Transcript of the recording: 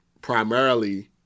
primarily